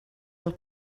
del